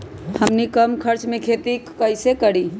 हमनी कम खर्च मे खेती कई से करी?